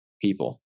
people